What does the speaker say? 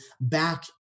back